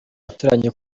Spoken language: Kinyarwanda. abaturanyi